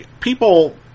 people